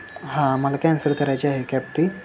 हां मला कॅन्सल करायची आहे कॅब ती